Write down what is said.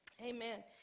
Amen